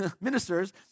ministers